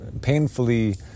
painfully